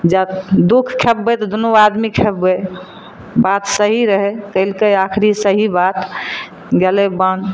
जब दुःख खेपबै तऽ दुनू आदमी खेपबै बात सही रहै कयलकै आखरी सही बात गेलै बन